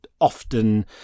often